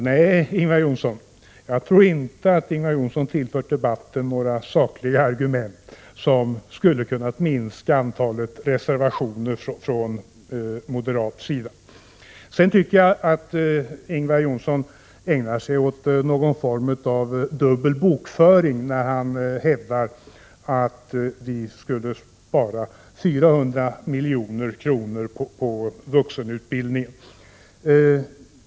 Herr talman! Nej Ingvar Johnsson, jag tror inte att Ingvar Johnsson har tillfört debatten några sakliga argument som skulle kunnat minska antalet reservationer från moderat sida. Jag tycker vidare att Ingvar Johnsson ägnar sig åt någon form av dubbelräkning när han hävdar att vi skulle spara 400 milj.kr. på vuxenutbildningen.